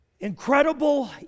Incredible